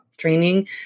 training